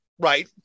Right